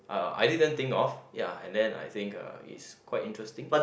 uh I didn't think of ya and then I think uh is quite interesting